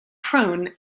crone